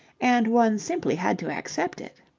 and one simply had to accept it.